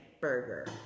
burger